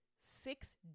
six